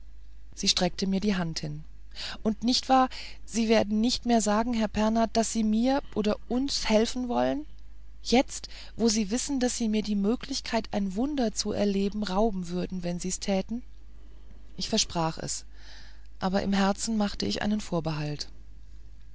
sie streckte mir die hand hin und nicht wahr sie werden nie mehr sagen herr pernath daß sie mir oder uns helfen wollen jetzt wo sie wissen daß sie mir die möglichkeit ein wunder zu erleben rauben würden wenn sie es täten ich versprach es aber im herzen machte ich einen vorbehalt